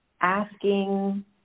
asking